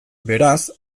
beraz